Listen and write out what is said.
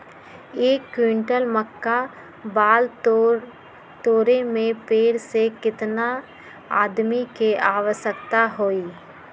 एक क्विंटल मक्का बाल तोरे में पेड़ से केतना आदमी के आवश्कता होई?